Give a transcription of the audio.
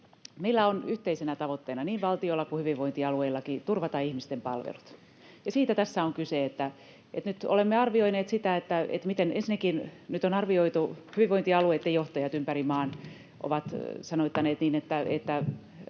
on yhteisenä tavoitteena turvata ihmisten palvelut. Ja siitä tässä on kyse, että nyt olemme arvioineet sitä, miten... Ensinnäkin nyt on arvioitu — hyvinvointialueitten johtajat ympäri maan ovat sanoittaneet sen niin — että